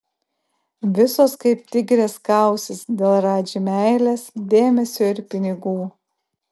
visos kaip tigrės kausis dėl radži meilės dėmesio ir pinigų